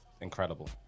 incredible